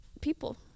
people